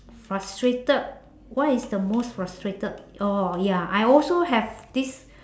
frustrated what is the most frustrated oh ya I also have this